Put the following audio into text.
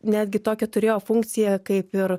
netgi tokią turėjo funkciją kaip ir